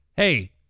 Hey